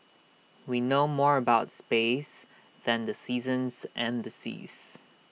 we know more about space than the seasons and the seas